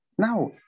Now